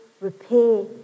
repair